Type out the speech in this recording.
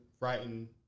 writing